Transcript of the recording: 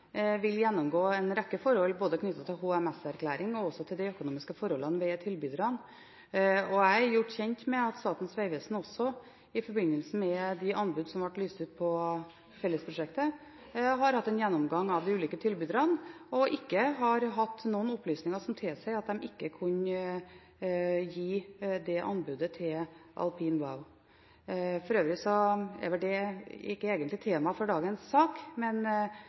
vil gjennomgå en rekke forhold knyttet til både HMS-erklæring og til de økonomiske forholdene ved tilbyderne. Jeg er gjort kjent med at Statens vegvesen også i forbindelse med de anbud som har vært lyst ut på fellesprosjektet, har hatt en gjennomgang av de ulike tilbyderne, og ikke har fått noen opplysninger som tilsier at de ikke kunne gi anbudet til Alpine Bau. For øvrig er vel det egentlig ikke tema for dagens sak